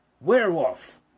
Werewolf